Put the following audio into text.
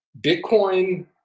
Bitcoin